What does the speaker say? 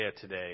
today